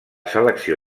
selecció